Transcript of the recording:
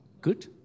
good